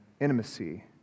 intimacy